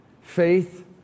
faith